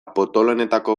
potoloenetako